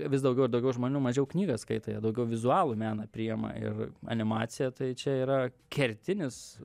vis daugiau ir daugiau žmonių mažiau knygas skaito jie daugiau vizualų meną priima ir animacija tai čia yra kertinis